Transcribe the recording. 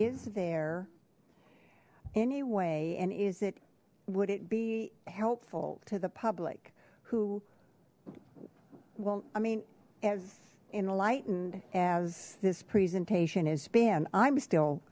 is there any way and is it would it be helpful to the public who well i mean as enlightened as this presentation has been i'm still